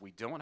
we don't